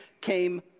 came